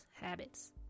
habits